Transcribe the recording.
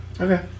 Okay